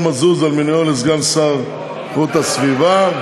מזוז על מינויו לסגן השר להגנת הסביבה.